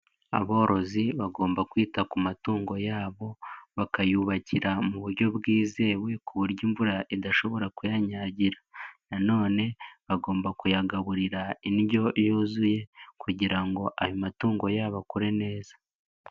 Aborozi bagomba kwita ku matungo yabo bakayubakira mu buryo bwizewe ku buryo imvura idashobora kuyanyagira, nanone bagomba kuyagaburira indyo yuzuye kugira ngo ayo matungo yabo akure neza.